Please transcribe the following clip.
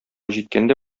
җиткәндә